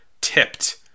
tipped